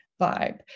vibe